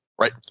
Right